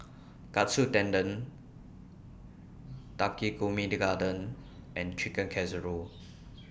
Katsu Tendon Takikomi Gohan and Chicken Casserole